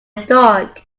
dog